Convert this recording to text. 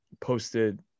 posted